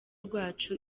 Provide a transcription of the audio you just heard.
rwacu